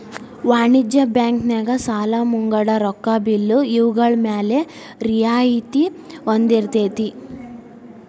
ವಾಣಿಜ್ಯ ಬ್ಯಾಂಕ್ ನ್ಯಾಗ ಸಾಲಾ ಮುಂಗಡ ರೊಕ್ಕಾ ಬಿಲ್ಲು ಇವ್ಗಳ್ಮ್ಯಾಲೆ ರಿಯಾಯ್ತಿ ಹೊಂದಿರ್ತೆತಿ